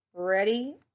ready